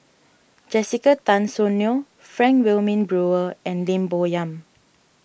Jessica Tan Soon Neo Frank Wilmin Brewer and Lim Bo Yam